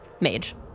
mage